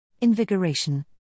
invigoration